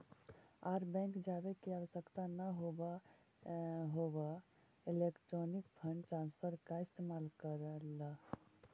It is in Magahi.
आर बैंक जावे के आवश्यकता न हवअ इलेक्ट्रॉनिक फंड ट्रांसफर का इस्तेमाल कर लअ